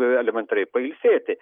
elementariai pailsėti